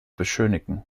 beschönigen